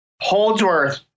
holdsworth